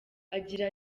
agira